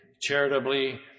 charitably